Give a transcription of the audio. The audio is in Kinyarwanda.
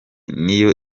niyo